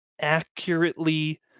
accurately